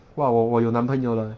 !wah! 我我有男朋友了 leh